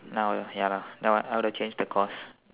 now ya lah now I would have changed the course